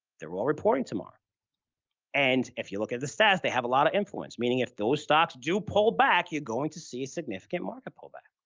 they're all reporting tomorrow and if you look at their status, they have a lot of influence, meaning if those stocks do pull back, you're going to see significant market pullback.